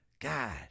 God